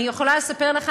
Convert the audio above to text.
אני יכולה לספר לך,